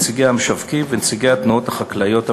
נציגי המשווקים ונציגי התנועות החקלאיות המיישבות.